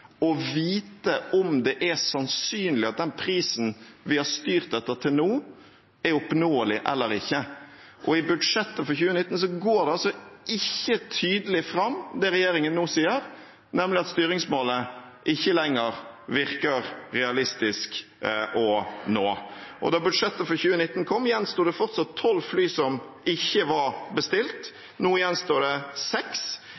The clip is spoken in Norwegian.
å vite om det er sannsynlig at den prisen vi har styrt etter til nå, er oppnåelig eller ikke. Og i statsbudsjettet for 2019 går det ikke tydelig fram, det regjeringen nå sier, nemlig at styringsmålet ikke lenger virker realistisk å nå. Da budsjettet for 2019 kom, gjensto det fortsatt tolv fly som ikke var bestilt. Nå gjenstår det seks.